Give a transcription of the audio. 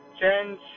Change